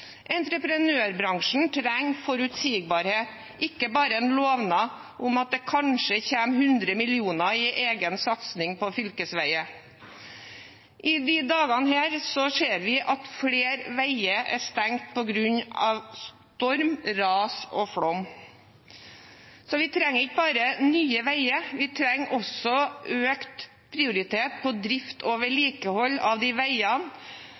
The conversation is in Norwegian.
Entreprenørbransjen trenger forutsigbarhet, ikke bare en lovnad om at det kanskje kommer 100 mill. kr i egen satsing på fylkesveier. I disse dager ser vi at flere veier er stengt på grunn av storm, ras og flom. Vi trenger ikke bare nye veier, vi trenger også økt prioritet på drift og vedlikehold av de veiene